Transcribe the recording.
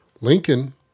Lincoln